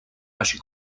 així